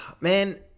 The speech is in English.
Man